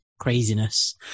craziness